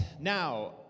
Now